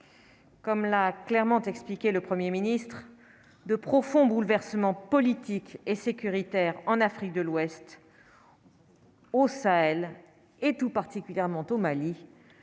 comme l'a clairement expliqué le 1er ministre de profonds bouleversements politiques et sécuritaires en Afrique de l'Ouest. Donc aucun. Au Sahel et tout particulièrement au Mali